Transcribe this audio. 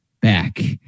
back